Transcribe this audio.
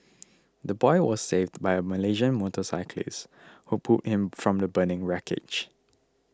the boy was saved by a Malaysian motorcyclist who pulled him from the burning wreckage